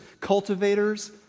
cultivators